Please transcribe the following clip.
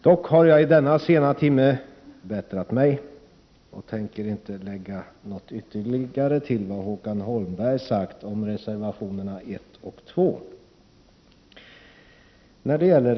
Dock har jag i denna sena timme bättrat mig och tänker inte lägga något ytterligare till vad Håkan Holmberg sagt om reservationerna 1 och 2.